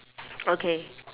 okay